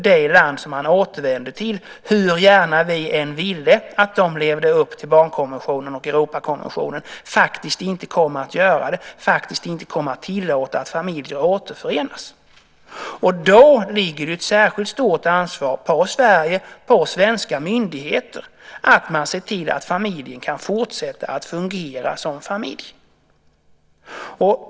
Det land de återvänder till kommer inte att leva upp till barnkonventionen och Europakonventionen, hur gärna vi än vill - det vill säga inte tillåta att familjen återförenas. Då ligger ett särskilt stort ansvar på Sverige och svenska myndigheter att se till att familjen kan fortsätta att fungera som familj.